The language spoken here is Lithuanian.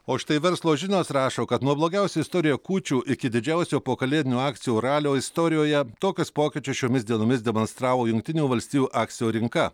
o štai verslo žinios rašo kad nuo blogiausių istorijoje kūčių iki didžiausio po kalėdinio akcijų ralio istorijoje tokius pokyčius šiomis dienomis demonstravo jungtinių valstijų akcijų rinka